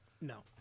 no